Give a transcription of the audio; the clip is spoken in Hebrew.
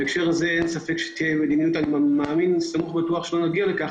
אני בטוח שלא נגיע למצב כזה,